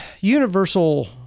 universal